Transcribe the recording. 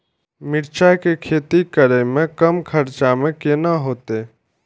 मिरचाय के खेती करे में कम खर्चा में केना होते?